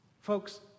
Folks